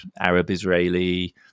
Arab-Israeli